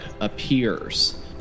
appears